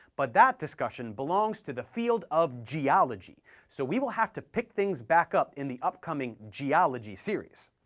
but that discussion belongs to the field of geology, so we will have to pick things back up in the upcoming geology series.